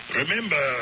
remember